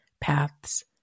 paths